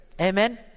Amen